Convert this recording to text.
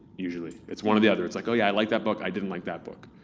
usually. it's one or the other, it's like, oh yeah i like that book. i didn't like that book.